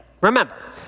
remember